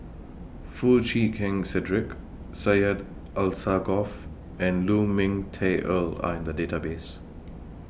Foo Chee Keng Cedric Syed Alsagoff and Lu Ming Teh Earl Are in The Database